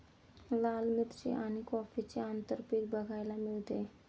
लाल मिरची आणि कॉफीचे आंतरपीक बघायला मिळते